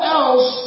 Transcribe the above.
else